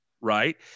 right